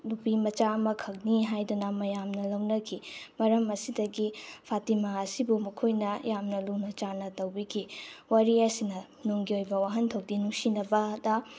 ꯅꯨꯄꯤꯃꯆꯥ ꯑꯃꯈꯛꯅꯤ ꯍꯥꯏꯗꯅ ꯃꯌꯥꯝꯅ ꯂꯧꯅꯈꯤ ꯃꯔꯝ ꯑꯁꯤꯗꯒꯤ ꯐꯇꯤꯃꯥ ꯑꯁꯤꯕꯨ ꯃꯈꯣꯏꯅ ꯌꯥꯝꯅ ꯂꯨꯅ ꯆꯥꯟꯅ ꯇꯧꯕꯤꯈꯤ ꯋꯥꯔꯤ ꯑꯁꯤꯅ ꯅꯨꯡꯒꯤ ꯑꯣꯏꯕ ꯋꯥꯍꯟꯊꯣꯛꯇꯤ ꯅꯨꯡꯁꯤꯅꯕꯗ